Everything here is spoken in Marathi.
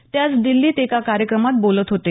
ते आज दिल्लीत एका कार्यक्रमात बोलत होते